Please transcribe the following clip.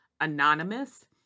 anonymous